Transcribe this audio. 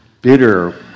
bitter